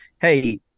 hey